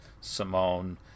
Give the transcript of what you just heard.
Simone